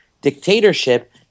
dictatorship